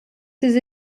ses